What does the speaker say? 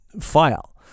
file